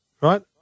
right